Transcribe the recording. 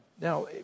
Now